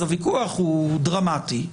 אז הוויכוח הוא דרמטי,